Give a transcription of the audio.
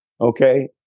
Okay